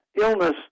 illness